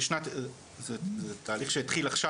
זה תהליך שהתחיל עכשיו,